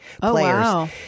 players